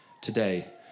Today